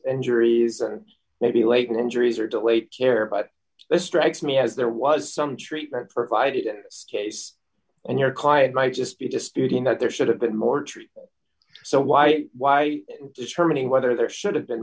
injuries and maybe latent injuries or delayed care but this strikes me as there was some treatment provided in this case and your client might just be disputing that there should have been more truth so why why is turning whether there should have been